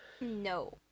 No